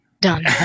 Done